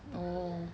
oh